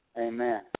Amen